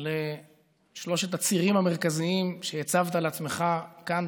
עם שלושת הצירים המרכזיים שהצבת לעצמך כאן,